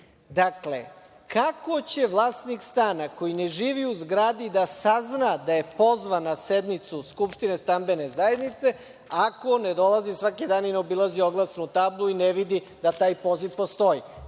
Dakle, kako će vlasnik stana koji ne živi u zgradi da sazna da je pozvan na sednicu skupštine stambene zgrade, ako ne dolazi svaki dan i ne obilazi oglasnu tablu i ne vidi da taj poziv postoji? Mi